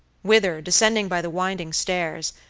whither, descending by the winding stairs,